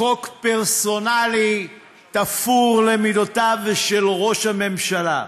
חוק פרסונלי, תפור למידותיו של ראש הממשלה.